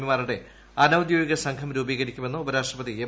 P മാരുടെ അനൌദ്യോഗിക സംഭൂലം രൂപീകരിക്കുമെന്ന് ഉപരാഷ്ട്രപതി എം